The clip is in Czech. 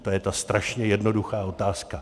To je ta strašně jednoduchá otázka.